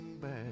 bad